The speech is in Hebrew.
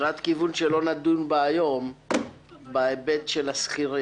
קריאת כיוון שלא נדון בה היום, ההיבט של השכירים.